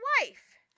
wife